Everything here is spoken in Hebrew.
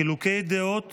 חילוקי דעות